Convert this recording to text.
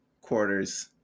quarters